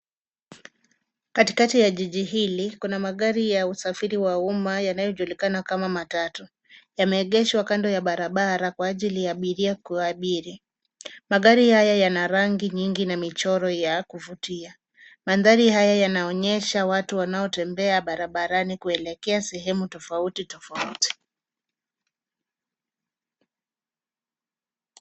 Katikati ya jiji hili kuna magari ya usafiri wa umma yanaojulikana kama matatu, yameegeshwa kando ya barabara kwa ajili ya abiria kuabiri . Magari haya yana rangi nyingi na michoro ya kuvutia, mandhari haya yanaonyesha watu wanaotembea barabarani kuelekea sehemu tofauti tofauti .